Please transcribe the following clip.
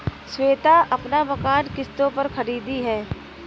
श्वेता अपना मकान किश्तों पर खरीदी है